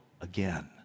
again